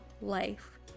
life